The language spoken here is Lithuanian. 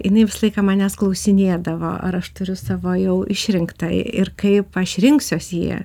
jinai visą laiką manęs klausinėdavo ar aš turiu savo jau išrinktąjį ir kaip aš rinksiuos jį